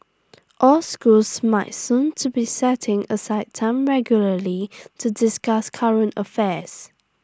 all schools might soon to be setting aside time regularly to discuss current affairs